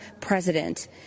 president